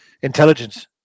intelligence